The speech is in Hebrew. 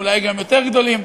אולי גם יותר גדולים.